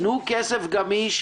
תנו כסף גמיש.